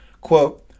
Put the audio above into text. Quote